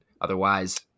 otherwise